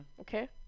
Okay